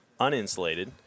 uninsulated